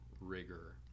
rigor